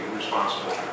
responsible